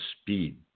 speed